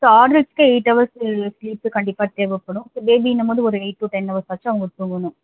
so ஆடல்ட்ஸுக்கு eight hours sleep கண்டிப்பாக தேவைப்படும் ஸோ பேபின்னும்போது ஒரு எயிட் டு டென் ஹவர்ஸ்ஸாச்சும் அவங்க தூங்கணும்